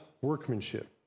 workmanship